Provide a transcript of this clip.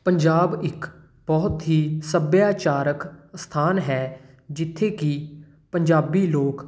ਪੰਜਾਬ ਇੱਕ ਬਹੁਤ ਹੀ ਸੱਭਿਆਚਾਰਕ ਅਸਥਾਨ ਹੈ ਜਿੱਥੇ ਕਿ ਪੰਜਾਬੀ ਲੋਕ